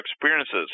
experiences